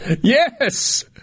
Yes